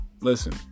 listen